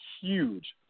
huge